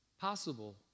possible